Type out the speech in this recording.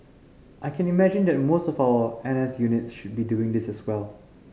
I can imagine that more of our N S units should be doing this as well